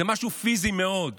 זה משהו פיזי מאוד: